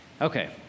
Okay